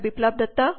Biplab ದತ್ತDr